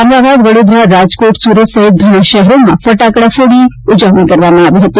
અમદાવાદ વડોદરા રાજકોટ સુરત સહિત ઘણા શહેરોમાં ફટાકડા ફોડી ઉજવણી કરવામાં આવી છે